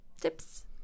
tips